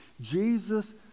Jesus